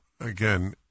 again